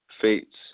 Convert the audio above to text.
fates